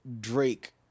Drake